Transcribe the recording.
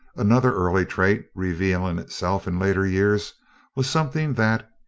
another early trait revealing itself in later years was something that,